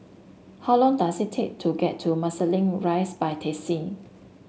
how long does it take to get to Marsiling Rise by taxi